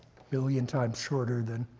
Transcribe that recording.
million times shorter than